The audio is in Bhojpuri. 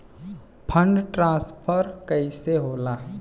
फण्ड ट्रांसफर कैसे होला?